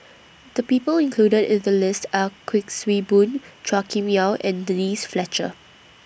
The People included in The list Are Kuik Swee Boon Chua Kim Yeow and Denise Fletcher